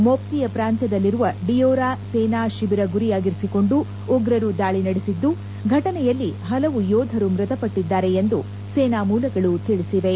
ಮೊಪ್ತಿಯ ಪ್ರಾಂತ್ಯದಲ್ಲಿರುವ ಡಿಯೋರಾ ಸೇನಾ ಶಿಬಿರ ಗುರಿಯಾಗಿಸಿಕೊಂಡು ಉಗ್ರರು ದಾಳಿ ನಡೆಸಿದ್ದು ಫಟನೆಯಲ್ಲಿ ಪಲವು ಯೋಧರು ಮೃತಪಟ್ಟಿದ್ದಾರೆ ಎಂದು ಸೇನಾ ಮೂಲಗಳು ತಿಳಿಸಿವೆ